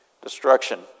Destruction